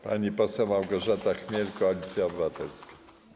Pani poseł Małgorzata Chmiel, Koalicja Obywatelska.